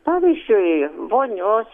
pavyzdžiui vonios